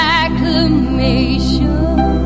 acclamation